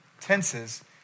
tenses